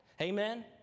Amen